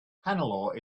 hannelore